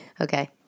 Okay